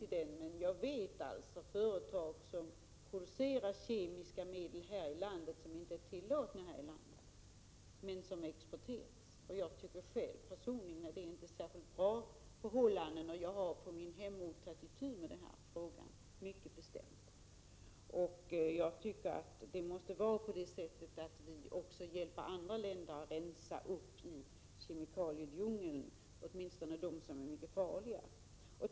Jag vet dock att det finns företag här i landet som för export producerar kemiska medel som inte är tillåtna i Sverige. Jag tycker personligen att förhållandena på detta område inte är särskilt bra, och jag har på min hemort mycket bestämt tagit itu med denna fråga. Jag tycker att vi måste hjälpa andra länder att rensa upp i djungeln av kemikalier, åtminstone bland de mycket farliga kemikalierna.